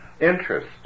interest